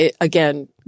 again